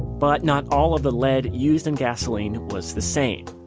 but not all of the lead used in gasoline was the same.